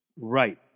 Right